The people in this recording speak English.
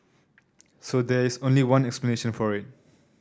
so there's only one explanation for it